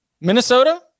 Minnesota